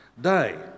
day